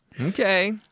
Okay